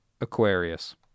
Aquarius